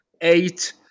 eight